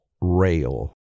rail